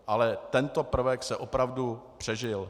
Ale tento prvek se opravdu přežil.